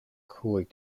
cúig